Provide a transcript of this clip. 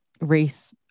race